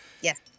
Yes